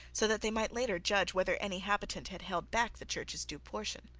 so that they might later judge whether any habitant had held back the church's due portion.